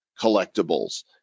collectibles